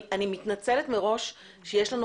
אני מתנצלת מראש שיש לנו